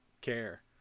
care